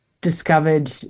discovered